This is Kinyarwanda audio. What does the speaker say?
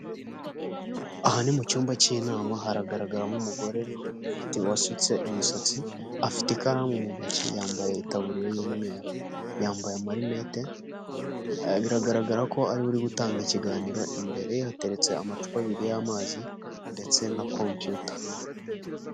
Aha ni mu cyumba cy'inama haragaragaramo umugore ufite wasutse imisatsi afite ikaramu mu ntoki yambaye itaburiya y'umweru yambaye amarinete biragaragara ko ariwe uri gutanga ikiganiro, imbere hateretse amacupa abiri y'amazi ndetse na kompiyuta.